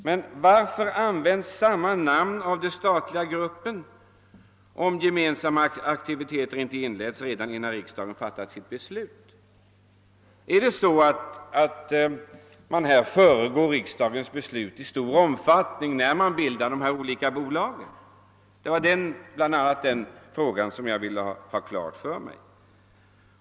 Men varför används samma namn av den statliga gruppen, om gemensamma aktiviteter inte inletts redan innan riksdagen fattade sitt beslut? Föregriper man riksdagens beslut i stor omfattning när de olika bolagen bildas? Det var bl.a. den frågan jag ville ha svar på.